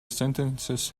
sentences